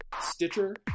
Stitcher